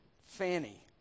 Fanny